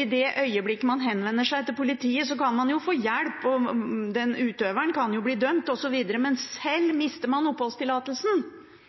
I det øyeblikk man henvender seg til politiet, kan man få hjelp, utøveren kan bli dømt, osv., men sjøl mister man oppholdstillatelsen